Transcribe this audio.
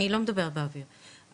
אני לא מדברת באוויר,